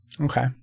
Okay